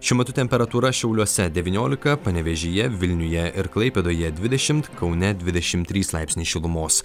šiuo metu temperatūra šiauliuose devyniolika panevėžyje vilniuje ir klaipėdoje dvidešim kaune dvidešim trys laipsniai šilumos